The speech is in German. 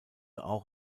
auch